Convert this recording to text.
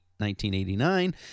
1989